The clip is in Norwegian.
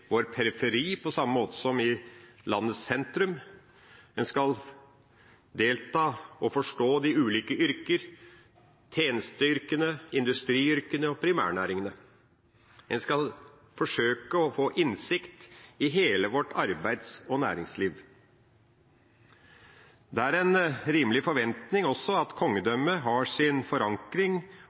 vår periferi, som i landets sentrum. En skal delta og forstå de ulike yrker – tjenesteyrkene, industriyrkene og primærnæringene. En skal forsøke å få innsikt i hele vårt arbeids- og næringsliv. Det er en rimelig forventning at kongedømmet også har sin forankring